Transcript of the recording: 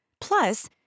Plus